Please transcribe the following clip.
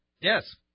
Yes